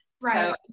Right